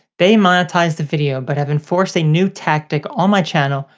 they monetized the video but have enforced a new tactic on my channel,